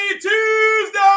Tuesday